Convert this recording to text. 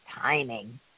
Timing